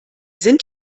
sind